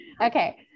Okay